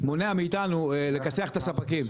מונע מאיתנו לכסח את הספקים,